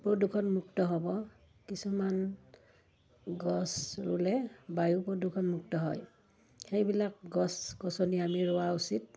প্ৰদূষণ মুক্ত হ'ব কিছুমান গছ ৰুলে বায়ু প্ৰদূষণ মুক্ত হয় সেইবিলাক গছ গছনি আমি ৰোৱা উচিত